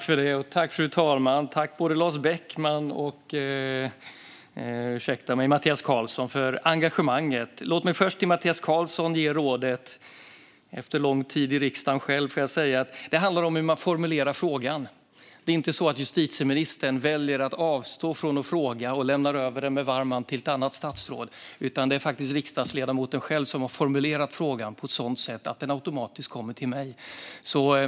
Fru talman! Tack, Lars Beckman och Mattias Karlsson, för engagemanget! Låt mig först till Mattias Karlsson ge ett råd, efter lång tid i riksdagen. Det handlar om hur man formulerar frågan. Det är inte så att justitieministern väljer att avstå från att debattera och med varm hand lämnar frågan till ett annat statsråd, utan det är faktiskt riksdagsledamoten själv som har formulerat frågan på ett sådant sätt att den automatiskt kommer till mig.